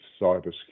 cybersecurity